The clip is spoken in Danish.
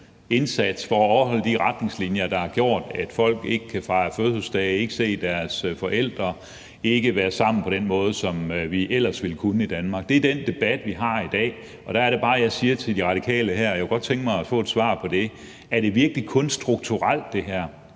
indsats for at overholde de retningslinjer, der har gjort, at folk ikke kan fejre fødselsdage, ikke kan se deres forældre, ikke kan være sammen på den måde, som vi ellers ville kunne i Danmark. Det er den debat, vi har i dag. Og der er det bare, jeg siger til De Radikale her, at jeg godt kunne tænke mig at få et svar på det. Er det her virkelig kun strukturelt? Er det